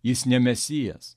jis ne mesijas